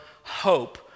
hope